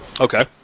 Okay